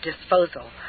disposal